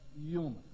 human